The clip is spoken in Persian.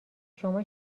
شما